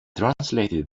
translated